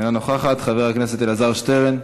אינה נוכחת, חבר הכנסת אלעזר שטרן,